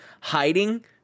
hiding